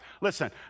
Listen